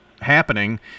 happening